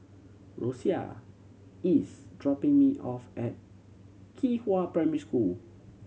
Rosia is dropping me off at Qihua Primary School